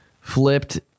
flipped